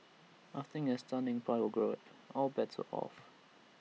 after A stunning power grab all bets are off